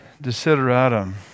desideratum